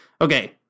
Okay